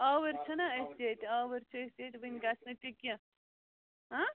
آوٕرۍ چھِنا أسۍ ییٚتہِ آوٕرۍ چھِ أسۍ ییٚتہِ وُنہِ گژھِ نہٕ تہِ کیٚنٛہہ